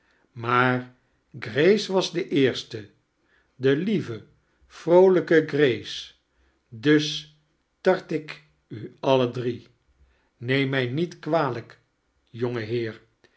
maar gtace was de eerste de lieve vroolijke grace dus tart ik u alle drie neem mij niet kwalijk